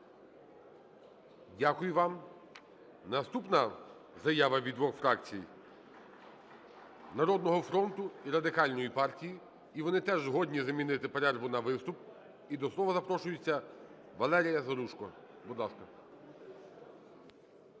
Дякую вам. Наступна заява від двох фракцій: "Народного фронту" і Радикальної партії. І вони теж згодні замінити перерву на виступ. І до слова запрошується Валерія Заружко. Будь ласка.